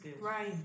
Right